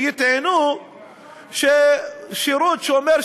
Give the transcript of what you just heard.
שכששירות אומר,